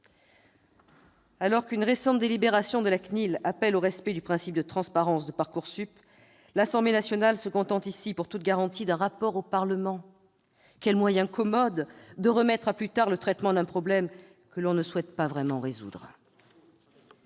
Alors qu'une récente délibération de la CNIL appelle au respect du principe de transparence de Parcoursup, l'Assemblée nationale se contente ici, pour toute garantie, d'acter une remise de rapport au Parlement ! Quel moyen commode de remettre à plus tard le traitement d'un problème que l'on ne souhaite pas vraiment résoudre